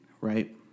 right